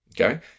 Okay